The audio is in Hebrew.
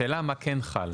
השאלה היא מה כן חל,